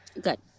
good